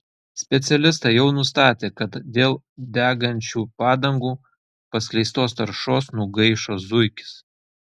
specialistai jau nustatė kad dėl degančių padangų paskleistos taršos nugaišo zuikis